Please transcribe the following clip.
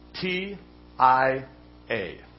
T-I-A